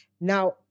Now